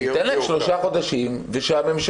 תן להם שלושה חודשים ושהממשלה,